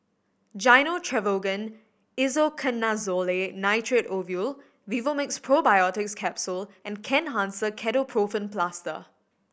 Gyno Travogen Isoconazole Nitrate Ovule Vivomixx Probiotics Capsule and Kenhancer Ketoprofen Plaster